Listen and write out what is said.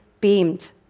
beamed